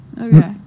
Okay